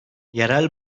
yerel